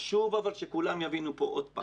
חשוב אבל שכולם יבינו פה עוד פעם.